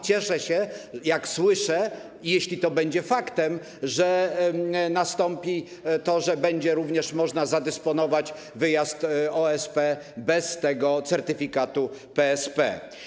Cieszę się, jak słyszę, jeśli to będzie faktem, że nastąpi to, że będzie również można zadysponować wyjazd OSP bez tego certyfikatu PSP.